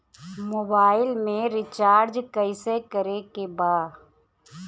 Mobile में recharge कइसे करे के बा?